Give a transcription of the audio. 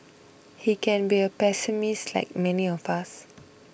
he can be a pessimist like many of us